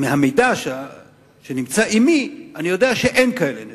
מהמידע שנמצא עמי אני יודע שאין כאלה נתונים.